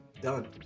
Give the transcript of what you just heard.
done